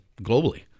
globally